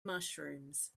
mushrooms